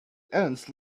ants